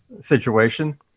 situation